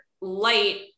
light